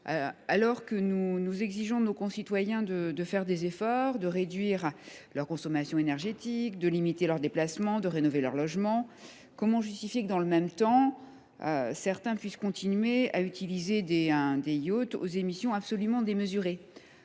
efforts de la part de nos concitoyens, que nous leur demandons de réduire leur consommation énergétique, de limiter leurs déplacements et de rénover leurs logements, comment justifier que, dans le même temps, certains puissent continuer à utiliser des yachts aux émissions absolument démesurées ?